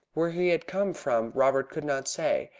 where he had come from robert could not say,